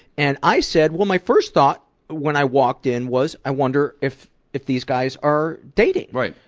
and i said, well, my first thought when i walked in was i wonder if if these guys are dating. right.